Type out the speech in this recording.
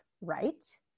right